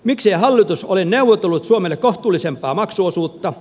miksei hallitus ole neuvotellut suomelle kohtuullisempaa maksuosuutta